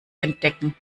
entdecken